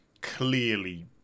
clearly